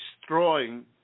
destroying